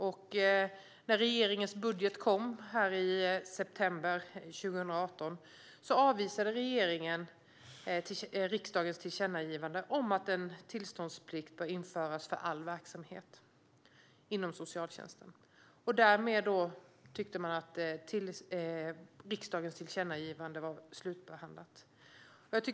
I budgetförslaget för 2018, som presenterades i september, avvisar regeringen riksdagens tillkännagivande om att en tillståndsplikt bör införas för all verksamhet inom socialtjänsten. Man tycker därmed att riksdagens tillkännagivande har slutbehandlats.